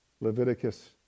leviticus